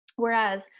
whereas